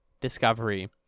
discovery